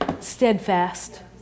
steadfast